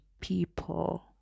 people